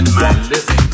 Listen